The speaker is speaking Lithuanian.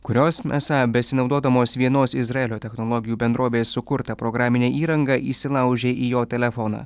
kurios esą besinaudodamos vienos izraelio technologijų bendrovės sukurta programine įranga įsilaužė į jo telefoną